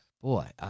boy